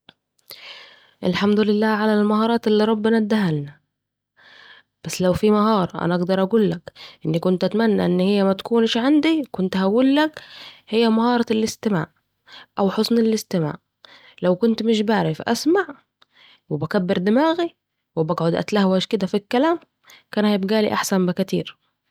الحمد لله على المهارات اللي إداها لنا ربنا، بس لو في مهارة أنا أقدر أقول لك إني كنت أتمنى إنها ما تكونش عندي، كنت هقول لك هي مهارة الاستماع أو حُسن الاستماع. لو كنت مش بعرف أسمع، وبكبر دماغي، وبقعد أتلهوج كده في الكلام، كان هيبقى أحسن لي بكتير.